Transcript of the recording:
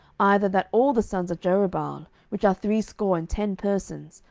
either that all the sons of jerubbaal, which are threescore and ten persons,